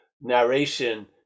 narration